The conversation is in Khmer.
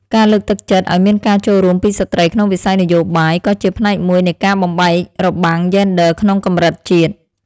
ការលើកទឹកចិត្តឱ្យមានការចូលរួមពីស្ត្រីក្នុងវិស័យនយោបាយក៏ជាផ្នែកមួយនៃការបំបែករបាំងយេនឌ័រក្នុងកម្រិតជាតិ។